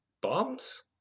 Bombs